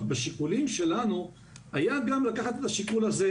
בשיקולים שלנו היה גם לקחת את השיקול הזה,